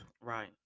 right